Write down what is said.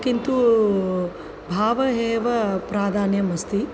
किन्तु भावेव प्राधान्यम् अस्ति